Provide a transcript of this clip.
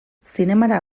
zinemara